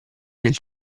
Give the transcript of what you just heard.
nel